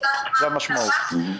זה המשמעות.